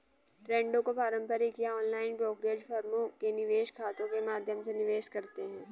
ट्रेडों को पारंपरिक या ऑनलाइन ब्रोकरेज फर्मों के निवेश खातों के माध्यम से निवेश करते है